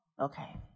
Okay